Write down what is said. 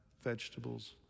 vegetables